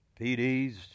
PDs